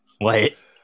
Wait